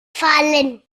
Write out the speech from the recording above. fallen